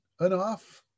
enough